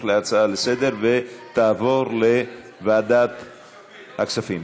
להצעה לסדר-היום ותעבור לוועדת הכספים.